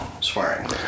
swearing